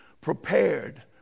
prepared